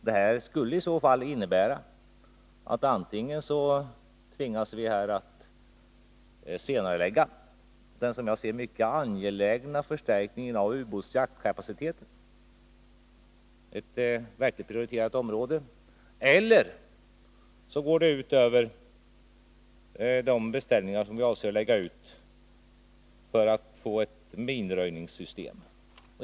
Det skulle i så fall innebära antingen att vi tvingas att senarelägga den som jag ser det mycket angelägna förstärkningen av ubåtsjaktskapaciteten — ett verkligt prioriterat område — eller också att det går ut över de beställningar som vi avser att lägga ut för att få ett minröjningssystem.